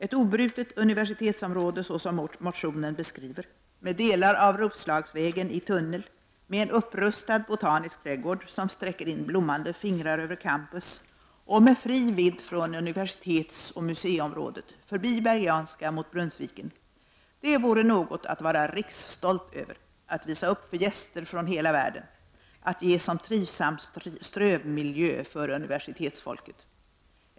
Ett obrutet universitetsområde så som motionen beskriver, med delar av Roslagsvägen i tunnel, med en upprustad botanisk trädgård, som sträcker in blommande fingrar över campus och med fri vidd från universitetsoch museiområdet förbi Bergianska mot Brunnsviken — det vore något att vara riksstolt över, att visa upp för gäster från hela världen, att ge som trivsam strövmiljö för universitetsfolket.